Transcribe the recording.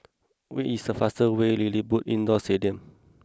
what is the fastest way to LilliPutt Indoor stadium